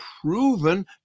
proven